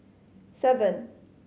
seven